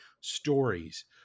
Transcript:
stories